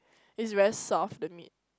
is very soft the meat